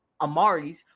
Amaris